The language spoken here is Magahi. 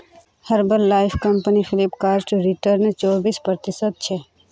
herbal life company Flipkart return चोबीस प्रतिशतछे